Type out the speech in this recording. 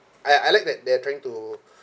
I I like that they're trying to